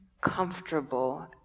comfortable